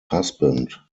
husband